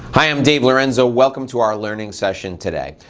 hi i'm dave lorenzo, welcome to our learning session today.